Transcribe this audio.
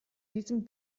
diesem